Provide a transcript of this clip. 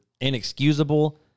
inexcusable